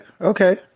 Okay